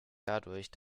dadurch